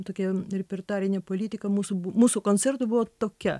tokia repertuarinė politika mūsų mūsų koncertų buvo tokia